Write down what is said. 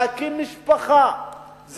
להקים משפחה.